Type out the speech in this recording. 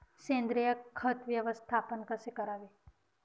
सेंद्रिय खत व्यवस्थापन कसे करावे?